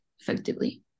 effectively